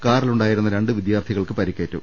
കാറിൽ ഉണ്ടായിരുന്ന രണ്ട് വിദ്യാർഥികൾക്ക് പരിക്കേറ്റു